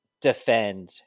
defend